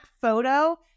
photo